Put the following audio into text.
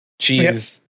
cheese